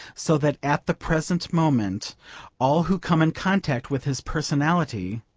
so that at the present moment all who come in contact with his personality,